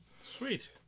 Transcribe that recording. Sweet